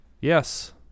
Yes